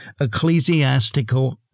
ecclesiastical